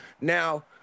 Now